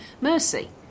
Mercy